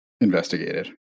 investigated